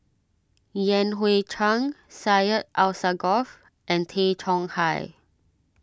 Yan Hui Chang Syed Alsagoff and Tay Chong Hai